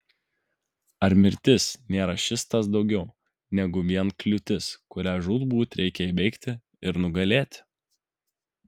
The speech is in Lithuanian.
ar mirtis nėra šis tas daugiau negu vien kliūtis kurią žūtbūt reikia įveikti ir nugalėti